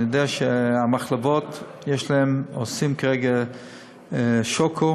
אני יודע שבמחלבות עושים כרגע שוקו